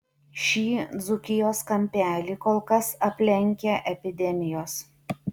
šį dzūkijos kampelį kol kas aplenkia epidemijos